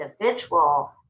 individual